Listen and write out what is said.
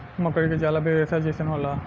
मकड़ी के जाला भी रेसा जइसन होला